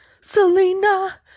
Selena